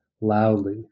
loudly